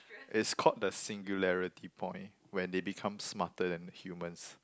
it's called the singularity point when they become smarter than the humans